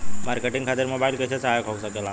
Marketing खातिर mobile कइसे सहायक हो सकेला?